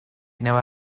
never